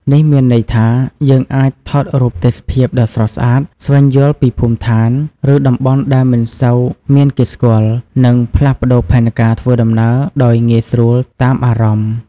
នេះមានន័យថា យើងអាច ថតរូបទេសភាពដ៏ស្រស់ស្អាត ស្វែងយល់ពីភូមិឋាន ឬតំបន់ដែលមិនសូវមានគេស្គាល់ និងផ្លាស់ប្តូរផែនការធ្វើដំណើរដោយងាយស្រួលតាមអារម្មណ៍។